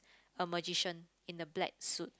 a magician in a black suit